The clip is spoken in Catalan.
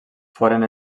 foren